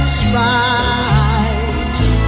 spice